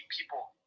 people